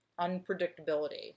Unpredictability